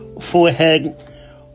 forehead